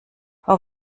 frau